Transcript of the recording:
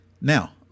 Now